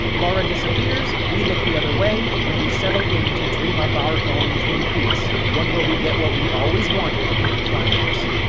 laura disappears, we look the other way, and we settle in to dream up our own twin peaks, one where we get what we always wanted in the climax.